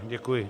Děkuji.